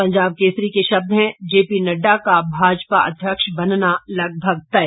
पंजाब केसरी के शब्द हैं जे पी नडडा का भाजपा अध्यक्ष बनना लगभग तय